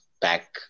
back